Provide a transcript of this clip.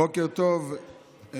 בקריאה